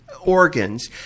organs